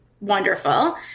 wonderful